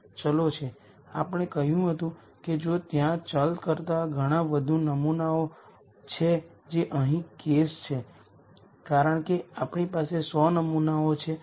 આ કેસમાં n કારણ કે ત્યાં નલ સ્પેસ માં r આઇગન વેક્ટર છે નલ્ટી r છે